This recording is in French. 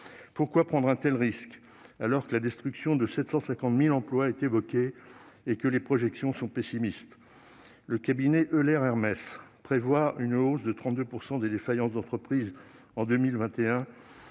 Pourquoi prendre un tel risque, alors que la destruction de 750 000 emplois est évoquée et que les projections sont pessimistes ? Le cabinet Euler Hermes prévoit une hausse de 32 % des défaillances d'entreprise en 2021,